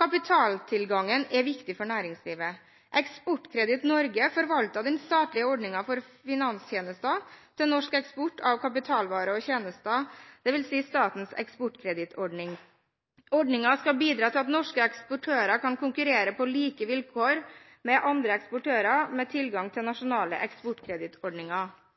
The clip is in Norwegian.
Kapitaltilgangen er viktig for næringslivet. Eksportkreditt Norge forvalter den statlige ordningen for finanstjenester til norsk eksport av kapitalvarer og -tjenester – dvs. statens eksportkredittordning. Ordningen skal bidra til at norske eksportører kan konkurrere på like vilkår som andre eksportører med tilgang til nasjonale eksportkredittordninger.